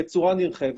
בצורה נרחבת.